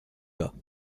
bas